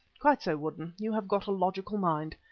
quite so, woodden, you have got a logical mind.